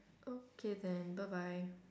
okay then bye bye